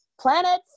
planets